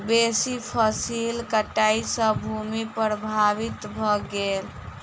बेसी फसील कटाई सॅ भूमि प्रभावित भ गेल